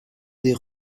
des